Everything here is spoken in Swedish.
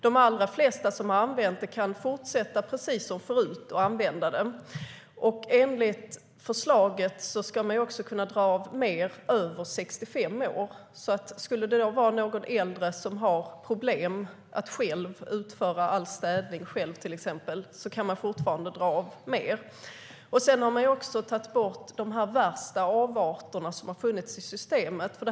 De allra flesta som har använt det kan fortsätta att använda det precis som förut. Man har också tagit bort de värsta avarterna som har funnits i systemet.